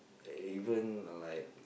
even like